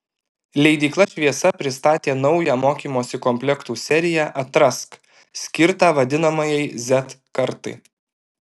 leidykla šviesa pristatė naują mokymosi komplektų seriją atrask skirtą vadinamajai z kartai